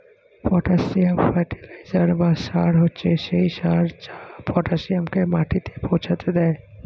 potassium fertiliser বা সার হচ্ছে সেই সার যা পটাসিয়ামকে মাটিতে পৌঁছাতে দেয়